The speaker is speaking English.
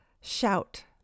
shout